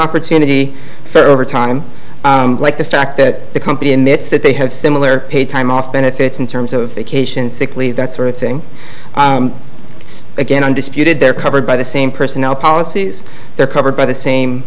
opportunity for overtime like the fact that the company emits that they have similar paid time off benefits in terms of vacation sick leave that sort of thing it's again undisputed they're covered by the same personnel policies they're covered by the same